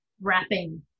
wrapping